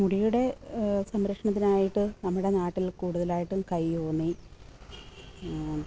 മുടിയുടെ സംരക്ഷണത്തിനായിട്ട് നമ്മുടെ നാട്ടിൽ കൂടുതലായിട്ടും കയ്യോന്നി